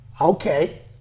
okay